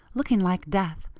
looking like death,